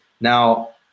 Now